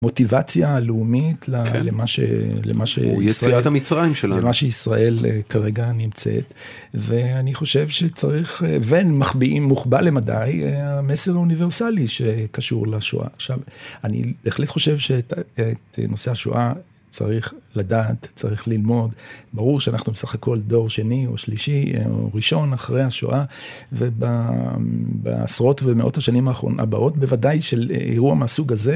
מוטיבציה הלאומית למה שישראל כרגע נמצאת. ואני חושב שצריך, ואין מחביאים מוכבה למדי, המסר האוניברסלי שקשור לשואה. עכשיו, אני בהחלט חושב שאת נושא השואה צריך לדעת, צריך ללמוד. ברור שאנחנו בסך הכול דור שני או שלישי, או ראשון אחרי השואה, ובעשרות ומאות השנים הבאות, בוודאי של אירוע מהסוג הזה.